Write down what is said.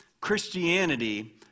Christianity